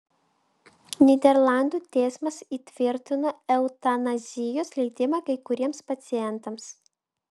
nyderlandų teismas įtvirtino eutanazijos leidimą kai kuriems pacientams